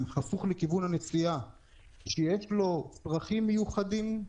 הפוך לכיוון הנסיעה כשיש לו צרכים מיוחדים,